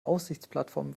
aussichtsplattform